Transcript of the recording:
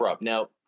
now